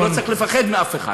ולא צריך לפחד מאף אחד.